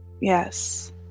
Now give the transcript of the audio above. Yes